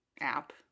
app